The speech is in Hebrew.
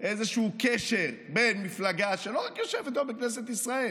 איזשהו קשר בין מפלגה שלא רק יושבת היום בכנסת ישראל